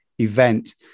event